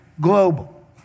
global